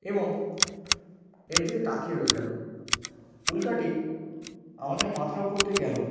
এবং এর দিকে তাকিয়ে রইলাম উল্কাটি আমাদের মাথার ওপর দিয়ে গেল